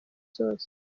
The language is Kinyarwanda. zose